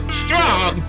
strong